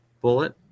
bullet